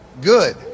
good